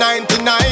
99